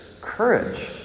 courage